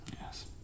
Yes